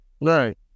Right